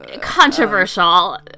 Controversial